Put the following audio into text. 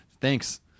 Thanks